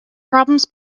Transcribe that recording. problems